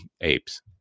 apes